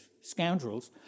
scoundrels